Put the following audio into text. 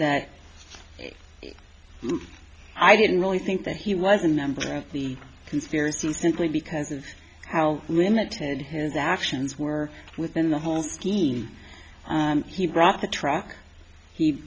that i didn't really think that he was a member of the conspiracy simply because of how limited his actions were within the whole scheme he brought the truck